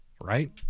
right